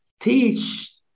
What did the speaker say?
teach